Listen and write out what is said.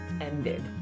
ended